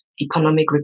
economic